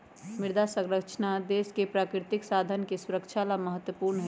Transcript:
मृदा संरक्षण देश के प्राकृतिक संसाधन के सुरक्षा ला महत्वपूर्ण हई